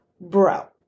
Bro